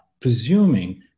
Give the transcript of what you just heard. presuming